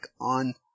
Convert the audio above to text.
on